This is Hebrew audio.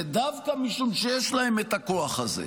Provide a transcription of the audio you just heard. ודווקא משום שיש להם את הכוח הזה,